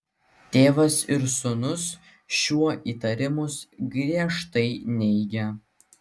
tėvas ir sūnus šiuo įtarimus griežtai neigia